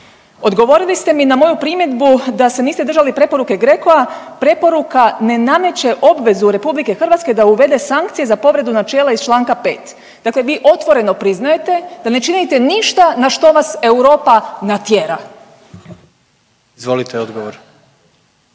Odgovorili ste mi na moju primjedbu da se niste držali preporuke GRECO-a, preporuka ne nameće obvezu RH da uvede sankcije za povredu načela iz čl. 5.. Dakle, vi otvoreno priznajete da ne činite ništa na što vas Europa natjera. **Jandroković,